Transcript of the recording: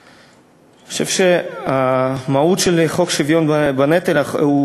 אני חושב שהמהות של חוק שוויון בנטל, הוא